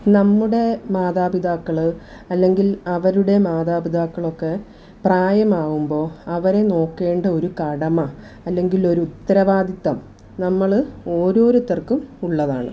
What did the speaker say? നമ്മുടെ മാതാപിതാക്കൾ അല്ലെങ്കിൽ അവരുടെ മാതാപിതാക്കളൊക്കെ പ്രായമാകുമ്പോൾ അവരെ നോക്കേണ്ട ഒരു കടമ അല്ലെങ്കിലൊരു ഉത്തരവാദിത്വം നമ്മൾ ഓരോരുത്തർക്കും ഉള്ളതാണ്